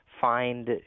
find